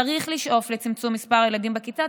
צריך לשאוף לצמצום מספר ילדים בכיתה.